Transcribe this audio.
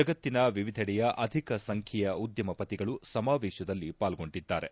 ಜಗತ್ತಿನ ವಿವಿಧೆಡೆಯ ಅಧಿಕ ಸಂಖ್ಡೆಯ ಉದ್ದಮಪತಿಗಳು ಸಮಾವೇಶದಲ್ಲಿ ಪಾರ್ಗೊಂಡಿದ್ದಾರೆ